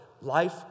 life